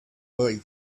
boy